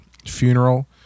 funeral